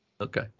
Okay